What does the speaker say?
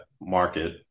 market